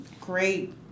great